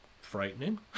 frightening